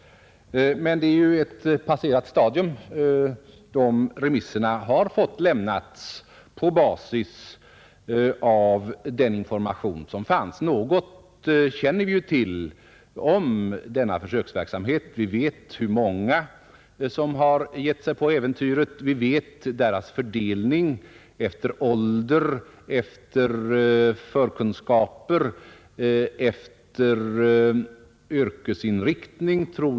Men det är ju ett passerat stadium. Remissyttrandena har fått avges på basis av den information som fanns. Något känner vi ju till om verksamheten. Vi vet hur många som gett sig in på äventyret. Vi vet hur de fördelar sig efter ålder och förkunskaper, jag tror också efter yrkesinriktning.